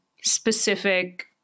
specific